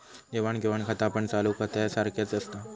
देवाण घेवाण खातापण चालू खात्यासारख्याच असता